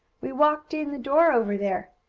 we walked in the door over there,